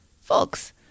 folks